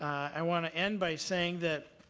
i want to end by saying that,